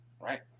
right